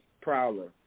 Prowler